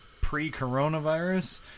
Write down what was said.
pre-coronavirus